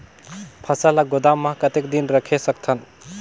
फसल ला गोदाम मां कतेक दिन रखे सकथन?